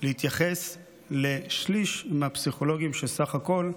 להתייחס לשליש מהפסיכולוגים סך הכול,